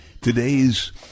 today's